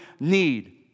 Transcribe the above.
need